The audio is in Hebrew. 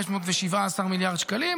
517 מיליארד שקלים,